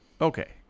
Okay